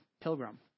pilgrim